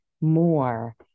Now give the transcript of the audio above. more